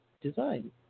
design